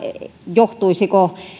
johtuisivatko